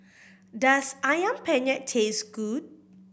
does Ayam Penyet taste good